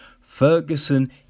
Ferguson